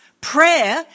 Prayer